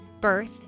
birth